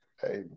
Hey